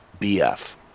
BF